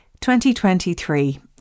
2023